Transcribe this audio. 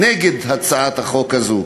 נגד הצעת החוק הזאת,